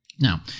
Now